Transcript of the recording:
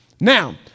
Now